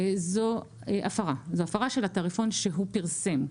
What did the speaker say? זו הפרה של התעריפון שהוא פרסם,